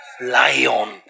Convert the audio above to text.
Lion